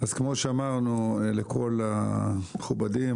אז כמו שאמרנו לכל המכובדים,